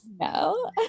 No